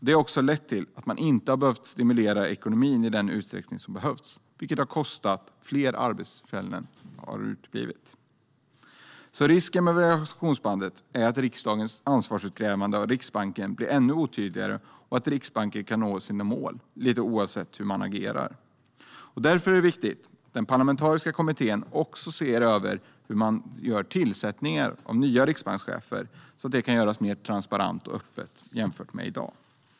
Det har också lett till att man inte har stimulerat ekonomin i den utsträckning som behövts, vilket haft kostnaden att fler arbetstillfällen uteblivit. Risken med variationsbandet är att riksdagens ansvarsutkrävande gentemot Riksbanken blir ännu otydligare och att Riksbanken kan nå sina mål oavsett hur man agerar. Därför är det viktigt att den parlamentariska kommittén också ser över hur man gör tillsättningar av nya riksbankschefer så att det kan göras mer transparent och öppet jämfört med i dag.